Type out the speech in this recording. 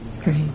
great